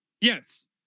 yes